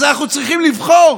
אז אנחנו צריכים לבחור